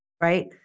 right